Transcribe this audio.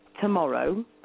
tomorrow